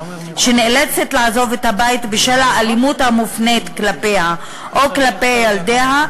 שנאלצת לעזוב את הבית בשל האלימות המופנית כלפיה או כלפי ילדיה,